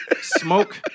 Smoke